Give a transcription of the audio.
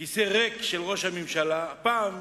כיסא ריק של ראש הממשלה, הפעם,